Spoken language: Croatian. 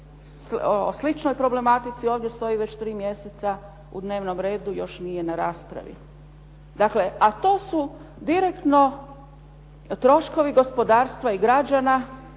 o sličnoj problematici ovdje stoji već tri mjeseca u dnevnom redu, još nije na raspravi. Dakle, a to su direktno troškovi gospodarstva i građana